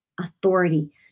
authority